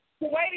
Waiting